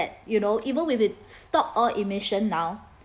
you know even with we stop all emission now